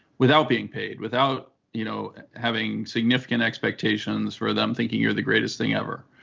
without being paid, without you know having significant expectations for them thinking you're the greatest thing ever.